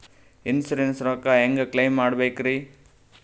Insurance ರೊಕ್ಕ ಹೆಂಗ claim ಮಾಡ್ಬೇಕ್ರಿ?